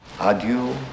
Adieu